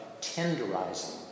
tenderizing